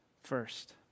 first